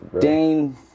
Dane